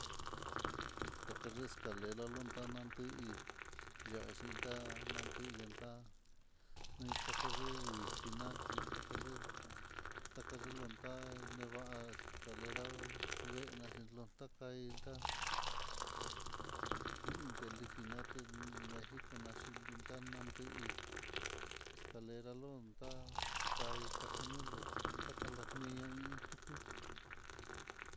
Takaye escalera no'o, ndanandi yexhintana nanti deya'a, nitaka yevii linan ti taka yevii takayelon ta'á, nevas escalera, ndena yelonxta ka'á, iintá nte lijinaté mexico naxhi luntá nandi'í escalera lontá, ndai takanulu ndakani lia'i tuku.